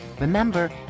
Remember